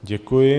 Děkuji.